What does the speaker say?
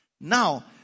Now